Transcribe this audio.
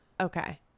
okay